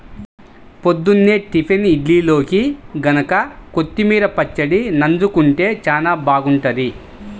పొద్దున్నే టిఫిన్ ఇడ్లీల్లోకి గనక కొత్తిమీర పచ్చడి నన్జుకుంటే చానా బాగుంటది